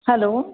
hello